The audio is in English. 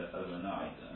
overnight